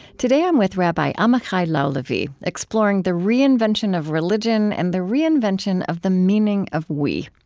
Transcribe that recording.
today, i'm with rabbi amichai lau-lavie, exploring the reinvention of religion and the reinvention of the meaning of we.